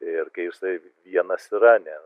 ir kai jisai vienas yra ne